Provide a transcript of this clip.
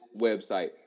website